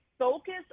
Focus